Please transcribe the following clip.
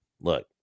Look